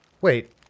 Wait